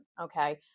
Okay